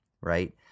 right